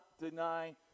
deny